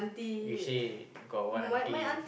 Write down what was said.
you say got one aunty